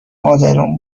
مادرم